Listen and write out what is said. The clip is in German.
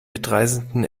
mitreißenden